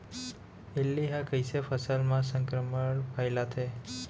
इल्ली ह कइसे फसल म संक्रमण फइलाथे?